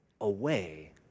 away